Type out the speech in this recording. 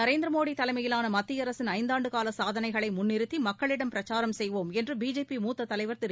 நரேந்திர மோடி தலைமையிலான மத்திய அரசின் ஐந்தாண்டு கால சாதனைகளை முன்நிறுத்தி மக்களிடம் பிரச்சாரம் செய்வோம் என்று பிஜேபி மூத்த தலைவர் திரு